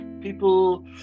people